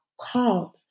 called